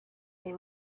they